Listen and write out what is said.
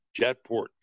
Jetport